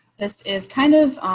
this is kind of,